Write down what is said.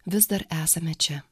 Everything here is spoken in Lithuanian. vis dar esame čia